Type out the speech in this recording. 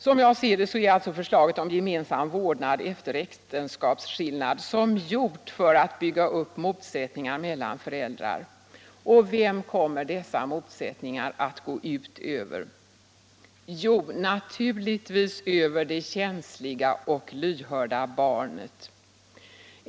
Som jag ser det är alltså förslaget om gemensam vårdnad efter äktenskapsskillnad som gjort för att bygga upp motsättningar mellan föräldrar. Vem kommer dessa motsättningar att gå ut över? Jo, naturligtvis över det känsliga och lyhörda barnet.